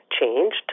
changed